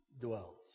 dwells